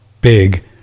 big